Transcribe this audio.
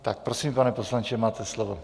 Tak prosím, pane poslanče, máte slovo.